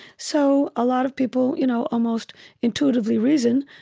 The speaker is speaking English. so a lot of people you know almost intuitively reason,